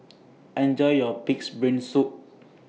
Enjoy your Pig'S Brain Soup